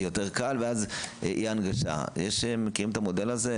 מנסים את המודל הזה?